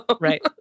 Right